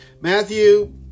Matthew